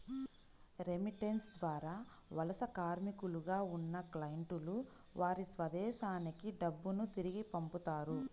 remittance ద్వారా వలస కార్మికులుగా ఉన్న క్లయింట్లు వారి స్వదేశానికి డబ్బును తిరిగి పంపుతారు